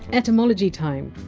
etymology time.